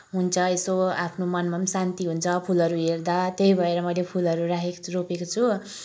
हुन्छ यसो आफ्नो मनमा पनि शान्ति हुन्छ फुलहरू हेर्दा त्यही भएर मैले फुलहरू राखेको छु रोपेको छु